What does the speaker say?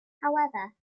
however